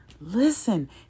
listen